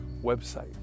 website